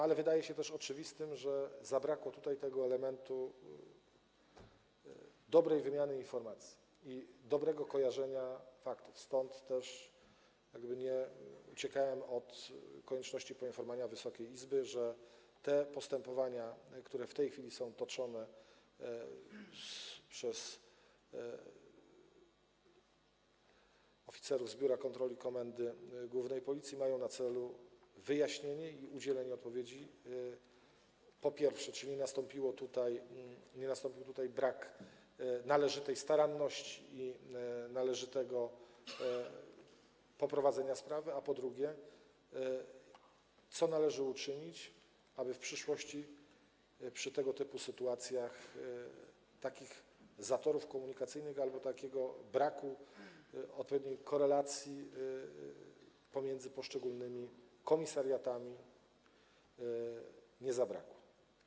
Ale wydaje się też oczywiste, że zabrakło tutaj tego elementu dobrej wymiany informacji i dobrego kojarzenia faktów, stąd też jakby nie uciekałem od obowiązku poinformowania Wysokiej Izby, że te postępowania, które w tej chwili są prowadzone przez oficerów z Biura Kontroli Komendy Głównej Policji, mają na celu wyjaśnienie i udzielenie odpowiedzi na pytania, po pierwsze, czy nie nastąpił tutaj brak należytej staranności i należytego poprowadzenia sprawy, a po drugie, co należy uczynić, aby w przyszłości przy tego typu sytuacjach do takich zatorów komunikacyjnych albo do takiego braku odpowiedniej korelacji pomiędzy poszczególnymi komisariatami nie doszło.